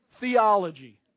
theology